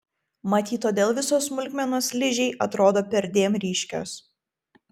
matyt todėl visos smulkmenos ližei atrodo perdėm ryškios